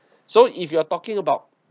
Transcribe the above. so if you are talking about